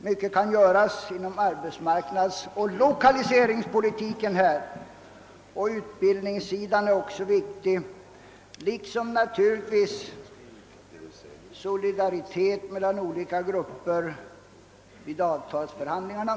Mycket kan göras inom arbetsmarknadsoch lokaliseringspolitiken. Utbildningssidan är också viktig. Detta gäller naturligtvis även solidariteten mellan olika grupper vid avtalsförhandlingarna.